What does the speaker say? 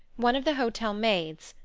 one of the hotel maids,